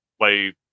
play